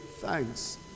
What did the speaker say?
thanks